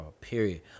period